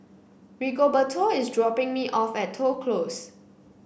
Rigoberto is dropping me off at Toh Close